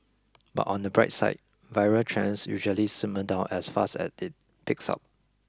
but on the bright side viral trends usually simmer down as fast as it peaks up